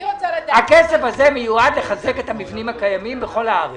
הכסף הזה מיועד לחזק את המבנים הקיימים בכל הארץ.